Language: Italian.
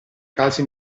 casi